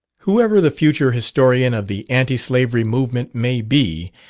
whoever the future historian of the anti-slavery movement may be,